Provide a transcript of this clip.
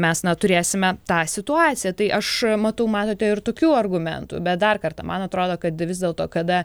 mes na turėsime tą situaciją tai aš matau matote ir tokių argumentų bet dar kartą man atrodo kad vis dėlto kada